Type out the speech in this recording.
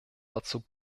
dazu